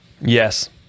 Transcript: Yes